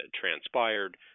transpired